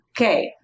Okay